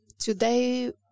Today